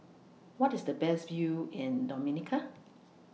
What IS The Best View in Dominica